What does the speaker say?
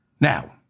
Now